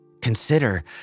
Consider